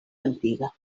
antiga